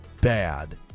bad